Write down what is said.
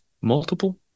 multiple